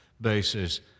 basis